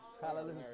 Hallelujah